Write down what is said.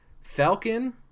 Falcon